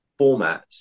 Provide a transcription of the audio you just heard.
formats